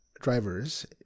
drivers